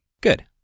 Good